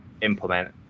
Implement